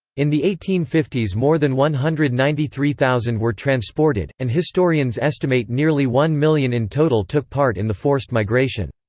in the eighteen fifty s more than one hundred and ninety three thousand were transported, and historians estimate nearly one million in total took part in the forced migration.